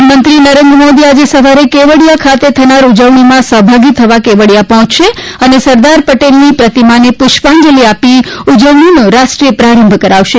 પ્રધાનમંત્રી નરેન્દ્ર મોદી આજે સવારે કેવડીયા ખાતે થનારી ઉજવણીમાં સફભાગી થવા કેવડીયા પહોંચશે અને સરદાર પટેલની પ્રતિમાને પુષ્પાંજલિ આપી ઉજવણીનો રાષ્ટ્રીય પ્રારંભ કરાવશે